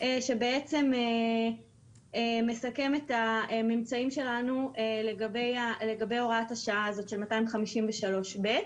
שבעצם מסכם את הממצאים שלנו לגבי הוראת השעה הזאת של 253(ב).